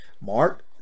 Mark